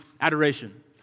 adoration